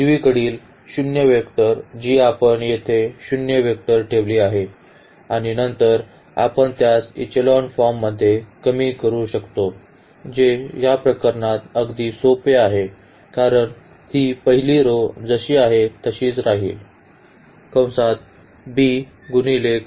उजवीकडील शून्य वेक्टर जी आपण येथे शून्य वेक्टर ठेवली आहे आणि नंतर आपण त्यास इचेलॉन फॉर्ममध्ये कमी करू शकतो जे या प्रकरणात अगदी सोपे आहे कारण ही पहिली row जशी आहे तशीच राहील